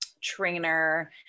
trainer